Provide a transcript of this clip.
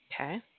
Okay